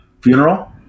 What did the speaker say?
funeral